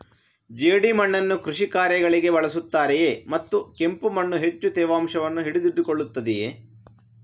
ಜೇಡಿಮಣ್ಣನ್ನು ಕೃಷಿ ಕಾರ್ಯಗಳಿಗೆ ಬಳಸುತ್ತಾರೆಯೇ ಮತ್ತು ಕೆಂಪು ಮಣ್ಣು ಹೆಚ್ಚು ತೇವಾಂಶವನ್ನು ಹಿಡಿದಿಟ್ಟುಕೊಳ್ಳುತ್ತದೆಯೇ?